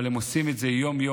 אבל הם עושים את זה יום-יום,